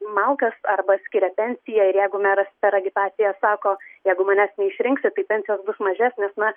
malkas arba skiria pensiją ir jeigu meras per agitaciją sako jeigu manęs neišrinksit tai pensijos bus mažesnės na